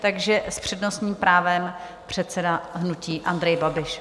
Takže s přednostním právem předseda hnutí Andrej Babiš.